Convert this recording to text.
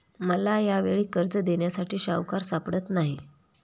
मला यावेळी कर्ज देण्यासाठी सावकार सापडत नाही